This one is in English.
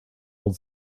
old